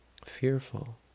Fearful